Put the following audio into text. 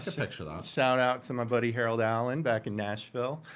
picture that. shout out to my buddy harold allen back in nashville.